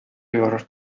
your